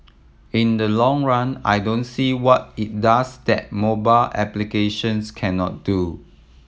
in the long run I don't see what it does that mobile applications cannot do